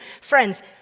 friends